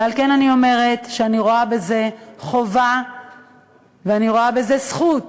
ועל כן אני אומרת שאני רואה בזה חובה ואני רואה בזה זכות